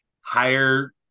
higher